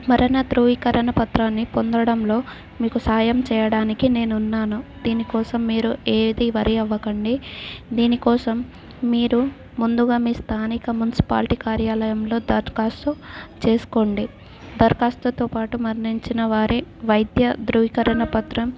మరణ ధృవీకరణ పత్రాన్ని పొందడంలో మీకు సాయం చేయడానికి నేను ఉన్నాను దీనికోసం మీరు ఏది వరి అవ్వకండి దీనికోసం మీరు ముందుగా మీ స్థానిక మున్సిపాలిటీ కార్యాలయంలో దరఖాస్తు చేసుకోండి దరఖాస్తుతో పాటు మరణించిన వారి వైద్య ధృవీకరణ పత్రం